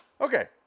Okay